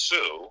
Sue